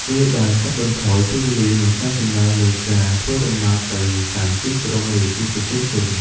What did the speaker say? វាបានកាត់បន្ថយពេលវេលា និងការចំណាយលើការធ្វើដំណើរទៅកាន់ទីក្រុង ឬទីប្រជុំជន។